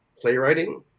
playwriting